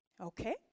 Okay